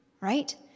right